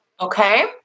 Okay